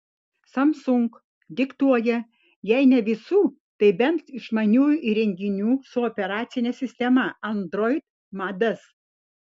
samsung diktuoja jei ne visų tai būtent išmaniųjų įrenginių su operacine sistema android madas